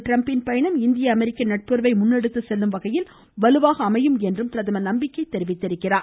டிரம்பின் பயணம் இந்திய அமெரிக்க நட்புறவை முன்னெடுத்துச் செல்லும் வகையில் வலுவாக அமையும் என்றும் பிரதமர் நம்பிக்கை தெரிவித்தார்